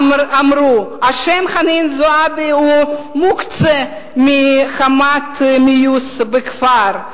אמרה שהשם "חנין זועבי" מוקצה מחמת מיאוס בכפר.